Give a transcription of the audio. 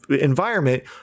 environment